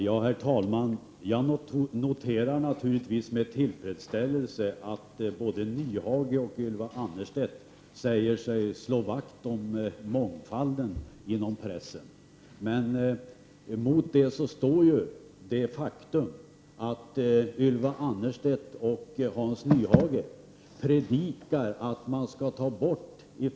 Herr talman! Jag noterade naturligtvis med tillfredsställelse att både Hans Nyhage och Ylva Annerstedt sade sig slå vakt om mångfalden inom pressen. Mot detta står det faktum att Ylva Annerstedt och Hans Nyhage predikar att man skall ta bort pengar ifrån det direkta presstödet.